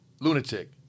Lunatic